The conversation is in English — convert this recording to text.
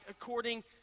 according